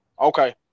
Okay